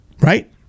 Right